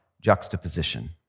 juxtaposition